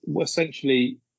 essentially